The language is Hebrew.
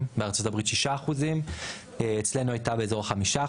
בארצות הברית 6% ואצלנו הייתה באזור ה-5%.